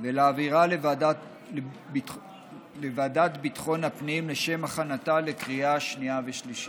ולהעבירה לוועדת ביטחון הפנים לשם הכנתה לקריאה שנייה ושלישית.